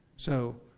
so,